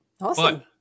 Awesome